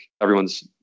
everyone's